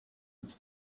ati